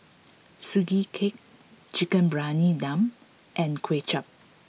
Sugee Cake Chicken Briyani Dum and Kuay Chap